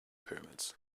pyramids